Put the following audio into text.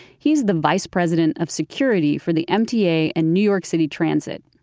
he's the vice president of security for the mta and new york city transit.